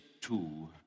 two